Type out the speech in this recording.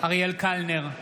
אריאל קלנר,